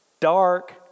dark